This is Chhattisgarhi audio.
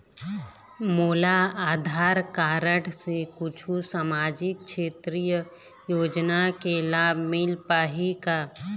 मोला आधार कारड से कुछू सामाजिक क्षेत्रीय योजना के लाभ मिल पाही का?